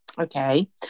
Okay